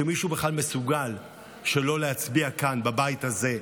שמישהו בכלל מסוגל שלא להצביע כאן, בבית הזה,